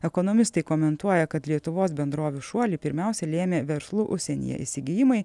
ekonomistai komentuoja kad lietuvos bendrovių šuolį pirmiausia lėmė verslo užsienyje įsigijimai